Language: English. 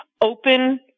open